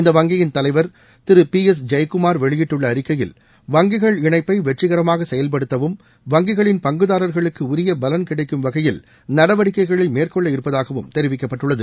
இந்த வங்கியின் தலைவர் திரு பி எஸ் ஜெயக்குமார் வெளியிட்டுள்ள அறிக்கையில் வங்கிகள் இணைப்பை வெற்றிகரமாக செயல்படுத்தவும் வங்கிகளின் பங்குதாரர்களுக்கு உரிய பலன் கிடைக்கும் வகையில் நடவடிக்கைகளை மேற்கொள்ள இருப்பதாகவும் தெரிவிக்கப்பட்டுள்ளது